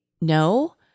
no